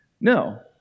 No